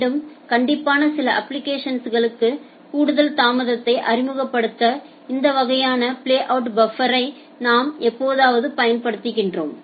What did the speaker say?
மிகவும் கண்டிப்பான சில அப்ளிகேஷன்களுக்கு கூடுதல் தாமதத்தை அறிமுகப்படுத்த இந்த வகையான பிளேஅவுட் பஃப்பரை நாம் எப்போதாவது பயன்படுத்துகிறோம்